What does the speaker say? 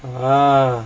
uh